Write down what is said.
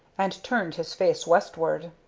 and turned his face westward.